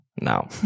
No